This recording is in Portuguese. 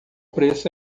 preço